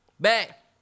back